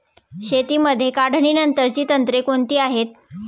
शेतीमध्ये काढणीनंतरची तंत्रे कोणती आहेत?